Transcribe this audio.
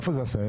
איפה זה עשהאל?